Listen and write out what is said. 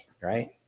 right